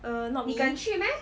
err not me